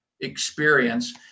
experience